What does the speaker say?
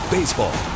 Baseball